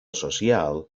social